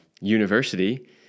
University